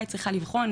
מה היא צריכה לבחון,